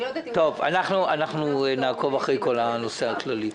אנחנו נעקוב אחרי הנושא הכללי.